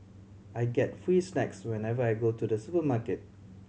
I get free snacks whenever I go to the supermarket